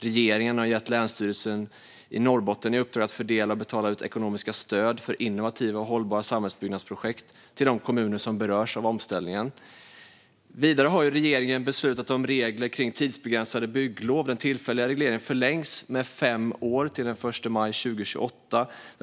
Regeringen har gett Länsstyrelsen i Norrbotten i uppdrag att fördela och betala ut ekonomiska stöd för innovativa och hållbara samhällsbyggnadsprojekt till de kommuner som berörs av omställningen. Vidare har regeringen beslutat om regler kring tidsbegränsade bygglov. Den tillfälliga regleringen förlängs med fem år till den 1 maj 2028.